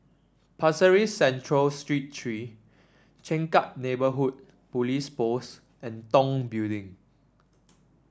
Pasir Ris Central Street Three Changkat Neighbourhood Police Post and Tong Building